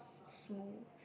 smooth